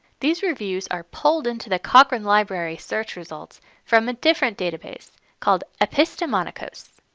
these reviews are pulled into the cochrane library search results from a different database called epistamonkos.